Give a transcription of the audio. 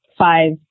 five